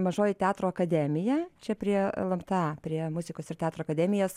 mažoji teatro akademija čia prie lmta prie muzikos ir teatro akademijos